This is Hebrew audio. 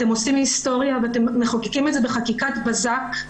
אתם עושים היסטוריה ואתם מחוקקים את זה בחקיקת בזק.